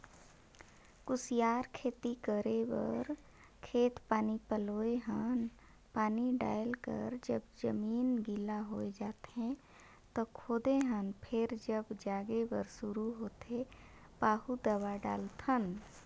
कुसियार खेती बर खेत पानी पलोए हन पानी डायल कर जब जमीन गिला होए जाथें त खोदे हन फेर जब जागे बर शुरू होथे पाहु दवा डालथन